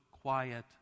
quiet